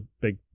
big